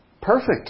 perfect